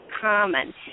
common